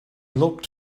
looked